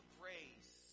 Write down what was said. grace